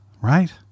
right